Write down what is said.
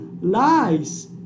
lies